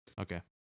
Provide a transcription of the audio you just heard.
Okay